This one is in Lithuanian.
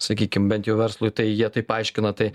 sakykim bent jau verslui tai jie taip paaiškina tai